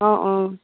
অঁ অঁ